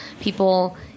people